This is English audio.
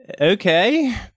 Okay